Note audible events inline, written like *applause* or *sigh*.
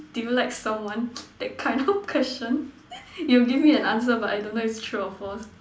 do you like someone *noise* that kind of question *noise* you will give me an answer but I don't know is true or false